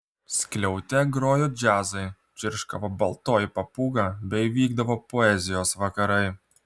skliaute grojo džiazai čirškavo baltoji papūga bei vykdavo poezijos vakarai